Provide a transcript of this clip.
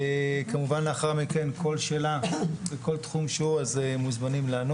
כמובן לאחר מכן כל שאלה בכל תחום שהוא אתם מוזמנים לשאול